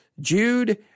Jude